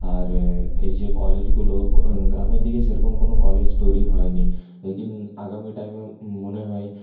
আর এই যে কলেজগুলো গ্রামের দিকে সেরকম কোনও কলেজ তৈরি হয়নি লেকিন আগামী টাইমে মনে হয়